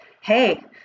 hey